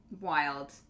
Wild